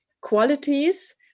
qualities